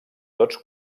tots